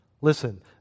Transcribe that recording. Listen